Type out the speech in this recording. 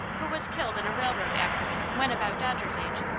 who was killed in a railroad accident when about dodger's age.